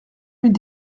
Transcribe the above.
mille